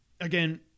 Again